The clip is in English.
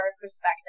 perspective